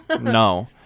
No